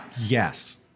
Yes